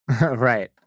Right